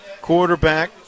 quarterback